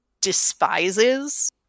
despises